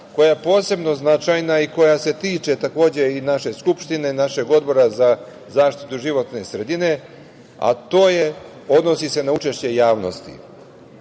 koja je posebno značajna i koja se tiče takođe i naše Skupštine i našeg Odbora za zaštitu životne sredine, a odnosi se na učešće javnosti.